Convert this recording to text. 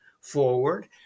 forward